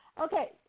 okay